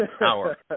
hour